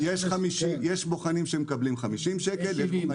יש בוחנים שמקבלים 50 שקל יש בוחנים